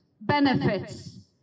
benefits